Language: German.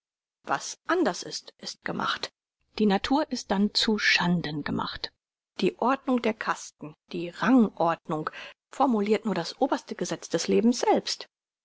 was anders ist ist gemacht die natur ist dann zu schanden gemacht die ordnung der kasten die rangordnung formulirt nur das oberste gesetz des lebens selbst